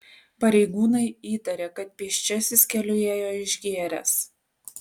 pareigūnai įtaria kad pėsčiasis keliu ėjo išgėręs